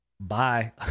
bye